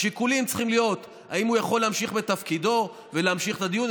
השיקולים צריכים להיות האם הוא יכול להמשיך בתפקידו ולהמשיך את הדיון,